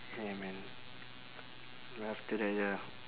yeah man right after that ya